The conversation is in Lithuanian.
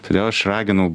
todėl aš raginu